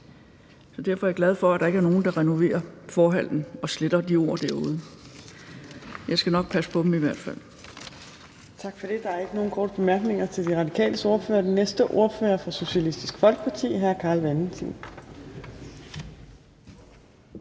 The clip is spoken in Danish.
Så derfor er jeg glad for, at der ikke er nogen, der renoverer Vandrehallen og sletter de ord derude. Jeg skal i hvert fald